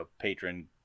patron